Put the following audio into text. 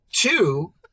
Two